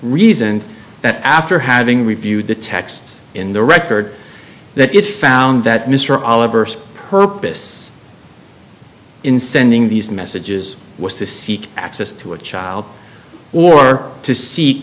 reasoned that after having reviewed the texts in the record that it found that mr oliver purpose in sending these messages was to seek access to a child or to seek